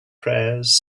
prayers